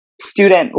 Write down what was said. student